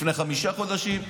לפני חמישה חודשים.